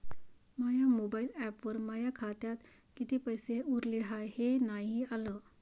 माया mobile ॲपवर माया खात्यात किती पैसे उरले हाय हे नाही आलं